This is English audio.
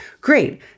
Great